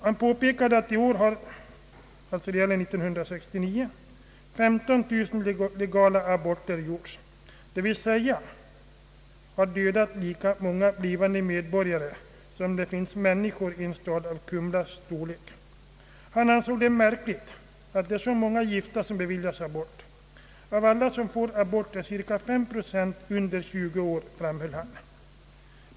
”Han påpekade att i år har 15000 legala aborter gjorts, d.v.s. man har dödat lika många blivande medborgare som det finns människor i en stad av Kumlas storlek. Han ansåg det märkligt att det är så många gifta som beviljas abort. Av alla som får abort är ca 5 procent under 20 år, framhöll han.